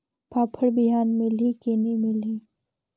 फाफण बिहान मिलही की नी मिलही?